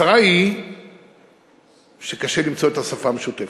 הצרה היא שקשה למצוא את השפה המשותפת.